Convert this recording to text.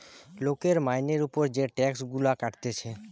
লোকের মাইনের উপর যে টাক্স গুলা কাটতিছে